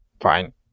Fine